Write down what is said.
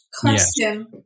Question